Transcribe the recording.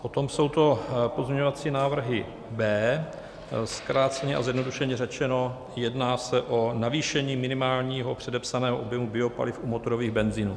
Potom jsou to pozměňovací návrhy B. Zkráceně a zjednodušeně řečeno, jedná se o navýšení minimálního předepsaného objemu biopaliv u motorových benzinů.